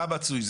מה מצוי?